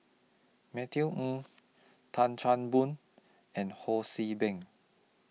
Matthew Ng Tan Chan Boon and Ho See Beng